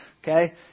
okay